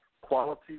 Quality